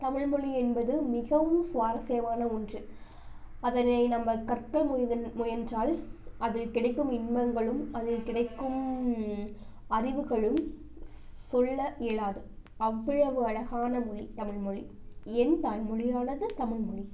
தமிழ்மொழி என்பது மிகவும் சுவாரஸ்யமான ஒன்று அதை நம்ப கற்க முய முயன்றால் அதில் கிடைக்கும் இன்பங்களும் அதில் கிடைக்கும் அறிவுகளும் சொல்ல இயலாது அவ்வளவு அழகான மொழி தமிழ்மொழி என் தாய்மொழியானது தமிழ்மொழி